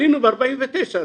עלינו ב-49',